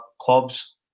clubs